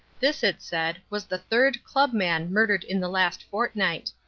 this, it said, was the third club man murdered in the last fortnight.